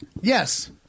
Yes